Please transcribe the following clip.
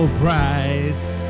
price